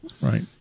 right